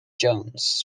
jones